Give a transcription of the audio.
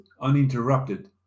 uninterrupted